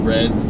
Red